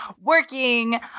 Working